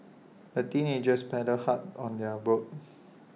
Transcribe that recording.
the teenagers paddled hard on their boat